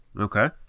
Okay